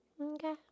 Okay